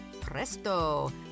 presto